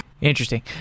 Interesting